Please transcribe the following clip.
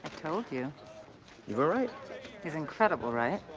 told you. you were right he's incredible, right?